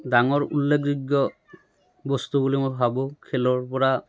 ডাঙৰ উল্লেখযোগ্য বস্তু বুলি মই ভাবোঁ খেলৰ পৰা